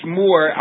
more